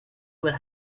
what